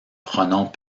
pronoms